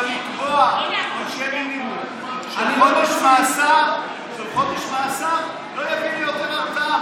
אבל לקבוע עונשי מינימום של חודש מאסר לא יביא ליותר הרתעה,